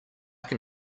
can